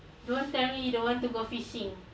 don't tell me you don't want to go fishing